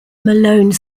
malone